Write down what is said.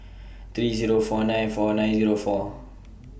three Zero four nine four nine Zero four